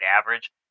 average